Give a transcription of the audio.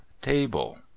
table